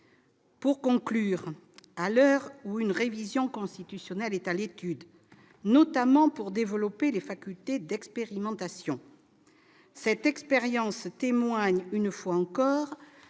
Pour conclure, à l'heure où une révision constitutionnelle visant notamment à développer les facultés d'expérimentation est à l'étude, cette expérience témoigne une fois encore